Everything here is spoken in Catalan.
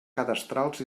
cadastrals